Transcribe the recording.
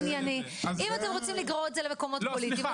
אם אתה רוצה לגרור את זה למקום פוליטי,